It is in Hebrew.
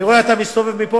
אני רואה שאתה מסתובב לפה,